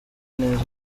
neza